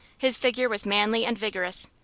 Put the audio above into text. his figure was manly and vigorous,